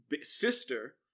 sister